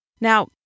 Now